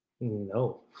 No